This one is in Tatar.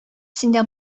синдә